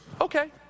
okay